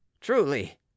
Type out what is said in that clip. truly